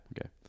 Okay